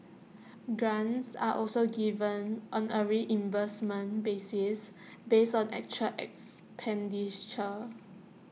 grants are also given on A reimbursement basis based on actual expenditure